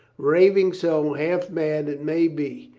raving so, half mad, it may be,